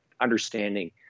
understanding